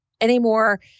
anymore